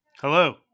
Hello